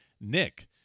Nick